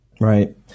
Right